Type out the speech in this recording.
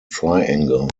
triangle